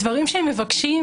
הדברים שהם מבקשים,